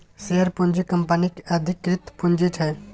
share पूँजी कंपनीक अधिकृत पुंजी छै